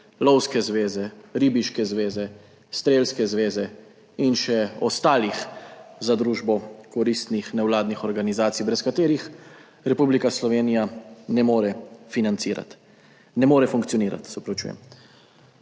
lovske zveze, ribiške zveze, strelske zveze in še ostalih za družbo koristnih nevladnih organizacij brez katerih Republika Slovenija ne more financirati,